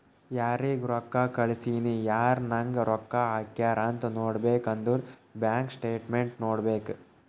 ಯಾರಿಗ್ ರೊಕ್ಕಾ ಕಳ್ಸಿನಿ, ಯಾರ್ ನಂಗ್ ರೊಕ್ಕಾ ಹಾಕ್ಯಾರ್ ಅಂತ್ ನೋಡ್ಬೇಕ್ ಅಂದುರ್ ಬ್ಯಾಂಕ್ ಸ್ಟೇಟ್ಮೆಂಟ್ ನೋಡ್ಬೇಕ್